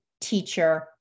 teacher